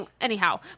Anyhow